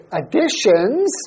additions